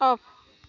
off